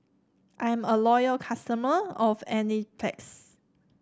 I'm a loyal customer of Enzyplex